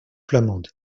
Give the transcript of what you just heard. flamande